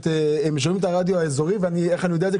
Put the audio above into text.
הם שומעים את הרדיו האזורי, ואיך אני יודע את זה?